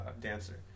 dancer